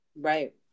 right